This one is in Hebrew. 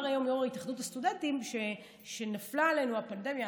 אמר היום יו"ר התאחדות הסטודנטים: כשנפלה עלינו הפנדמיה,